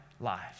lives